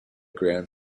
grand